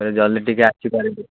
ସେଥିରେ ଜଲ୍ଦି ଟିକିଏ ଆସିପାରିବେ